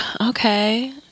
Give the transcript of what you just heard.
okay